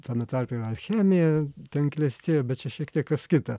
tame tarpe alchemija ten klestėjo bet čia šiek tiek kas kita